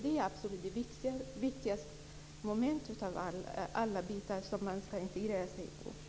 Det är det viktigaste momentet av alla i integrationsarbetet.